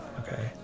okay